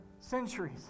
centuries